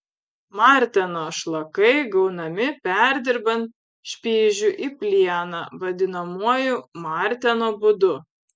marteno šlakai gaunami perdirbant špižių į plieną vadinamuoju marteno būdu